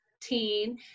teen